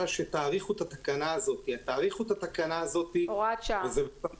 שתאריכו את התקנה הזאת -- הוראת השעה.